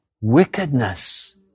wickedness